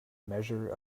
measure